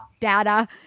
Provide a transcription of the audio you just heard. Data